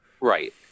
Right